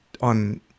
on